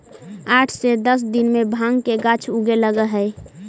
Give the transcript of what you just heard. आठ से दस दिन में भाँग के गाछ उगे लगऽ हइ